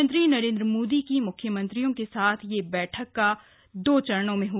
प्रधानमंत्री नरेंद्र मोदी की मुख्यमंत्रियों के साथ यह बैठक दो चरणों में है